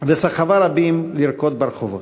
ולסחוף רבים לרקוד ברחובות.